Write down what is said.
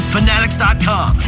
Fanatics.com